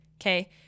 okay